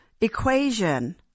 equation